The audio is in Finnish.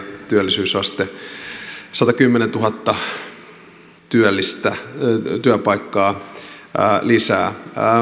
työllisyysaste satakymmentätuhatta työpaikkaa lisää